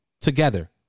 together